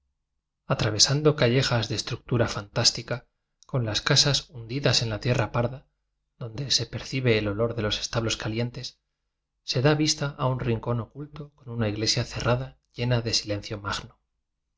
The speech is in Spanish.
atravesando callejas de estructura fantás tica con las casas hundidas en la tierra parda donde se percibe el olor de los esta blos calientes se da vista a un rincón ocul to con una iglesia cerrada llena de silencio magno